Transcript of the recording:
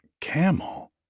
camel